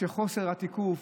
חוסר התיקוף,